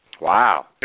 Wow